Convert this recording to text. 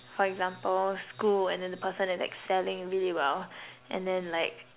for example school and then the person is excelling really well and then like